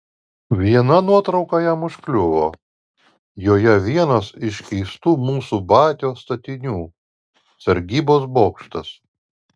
viena nuotrauka jam užkliuvo joje vienas iš keistų mūsų batios statinių sargybos bokštas